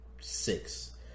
six